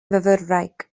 fyfyrwraig